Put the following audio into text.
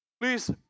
Please